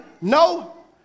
No